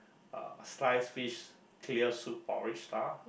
uh sliced fish clear soup porridge star